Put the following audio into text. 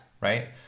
right